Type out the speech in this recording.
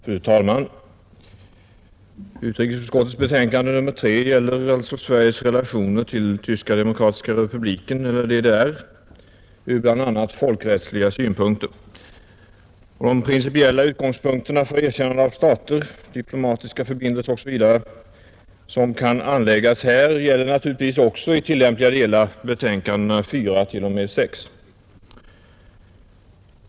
Fru talman! Utrikesutskottets betänkande nr 3 gäller Sveriges relationer till Tyska demokratiska republiken eller DDR ur bl.a. folkrättsliga synpunkter. De principiella utgångspunkterna för erkännande av stater, diplomatiska förbindelser osv. som kan anläggas här gäller naturligtvis också i tillämpliga delar betänkandena 4 t.o.m. 6.